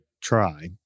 try